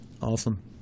Awesome